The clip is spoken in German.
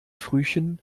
frühchen